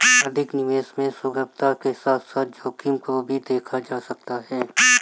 अधिक निवेश में सुगमता के साथ साथ जोखिम को भी देखा जा सकता है